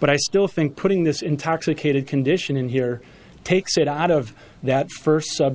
but i still think putting this intoxicated condition in here takes it out of that first sub